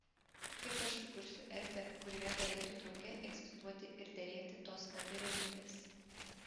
kaip aš sukursiu erdvę kurioje galėtų drauge egzistuoti ir derėti tos abi realybės